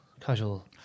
casual